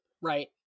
Right